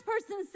person